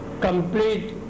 Complete